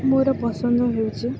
ମୋର ପସନ୍ଦ ହେଉଛି